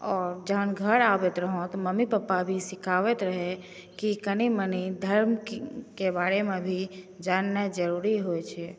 आओर जहन घर आबैत रहौं मम्मी पापा भी सिखाबैत रहै कि कनि मनि धर्मकेँ भी बारेमे भी जाननाइ जरुरी होइ छै